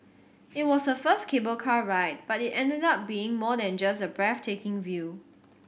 it was her first cable car ride but it ended up being more than just a breathtaking view